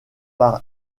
par